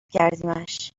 کردیمش